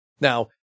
Now